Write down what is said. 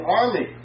army